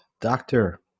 doctor